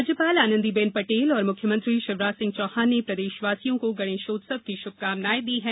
राज्यपाल आनंदी बेन पटेल और मुख्यमंत्री षिवराज सिंह चौहान ने प्रदेषवासियों को गणेषोत्सव की शुभकामनाएं दी है